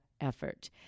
effort